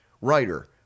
writer